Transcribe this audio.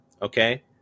Okay